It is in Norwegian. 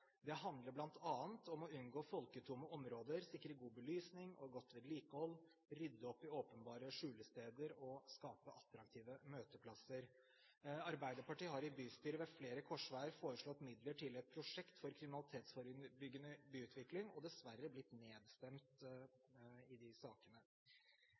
Det handler bl.a. om å unngå folketomme områder, sikre god belysning og godt vedlikehold, rydde opp i åpenbare skjulesteder og skape attraktive møteplasser. Arbeiderpartiet har i bystyret ved flere korsveier foreslått midler til et prosjekt for kriminalitetsforebyggende byutvikling og dessverre blitt nedstemt